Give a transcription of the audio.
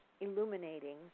illuminating